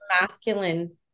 masculine